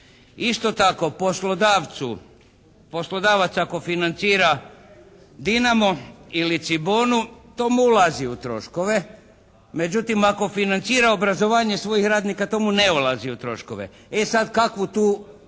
poslodavcu, poslodavac ako financira "Dinamo" ili "Cibonu" to mu ulazi u troškove, međutim ako financira obrazovanje svojih radnika to mu ne ulazi u troškove. E sad kakvu tu